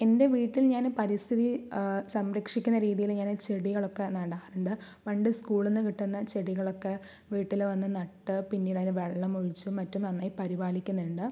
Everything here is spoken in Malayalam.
എൻ്റെ വീട്ടിൽ ഞാൻ പരിസ്ഥിതി സംരക്ഷിക്കുന്ന രീതിയിൽ ഞാൻ ചെടികളൊക്കെ നാടാറുണ്ട് പണ്ട് സ്കൂളിൽ നിന്ന് കിട്ടുന്ന ചെടികളൊക്കെ വീട്ടിൽ വന്ന് നട്ട് പിന്നീടതിന് വെള്ളം ഒഴിച്ചും മറ്റും നന്നായി പരിപാലിക്കുന്നുണ്ട്